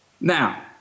Now